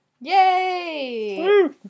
Yay